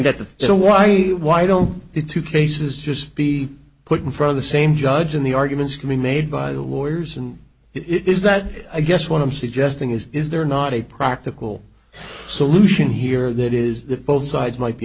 that the so why why don't the two cases just be put in from the same judge in the arguments can be made by the lawyers and it is that i guess what i'm suggesting is is there not a practical solution here that is that both sides might be